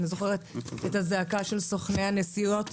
אני זוכרת את הזעקה של סוכני הנסיעות.